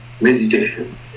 meditation